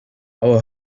our